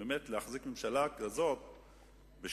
באמת להחזיק ממשלה כזאת בשנה,